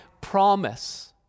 promise